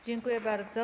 Dziękuję bardzo.